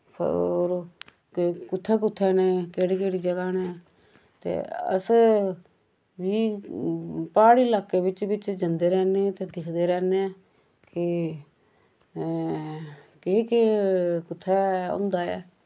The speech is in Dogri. होर केह् कुत्थैं कुत्थैं न केह्ड़ी केह्ड़ी जगाह् न ते अस वी प्हाड़ी लाक्के विच विच जंदे रैह्ने ते दिखदे रैह्ने के केह् केह् कुत्थै होंदा ऐ